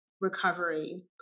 recovery